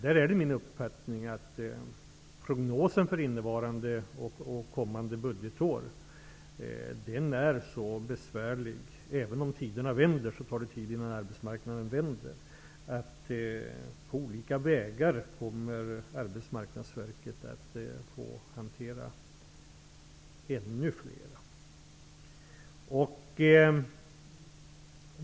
Det är min uppfattning att prognosen för innevarande och kommande budgetår är bekymmersam. Även om de dåliga tiderna vänder kommer det att ta tid innan arbetsmarknaden vänder. Arbetsmarknadsverket kommer att på olika sätt få hantera ännu fler arbetslösa.